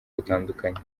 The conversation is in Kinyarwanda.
butandukanye